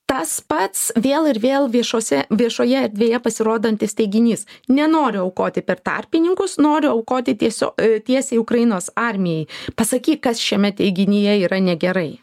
tas pats vėl ir vėl viešose viešoje erdvėje pasirodantis teiginys nenoriu aukoti per tarpininkus noriu aukoti tiesiog tiesiai ukrainos armijai pasakyk kas šiame teiginyje yra negerai